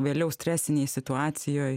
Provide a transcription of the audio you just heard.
vėliau stresinėj situacijoj